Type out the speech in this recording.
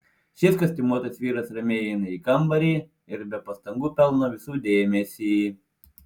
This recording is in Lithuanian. šis kostiumuotas vyras ramiai įeina į kambarį ir be pastangų pelno visų dėmesį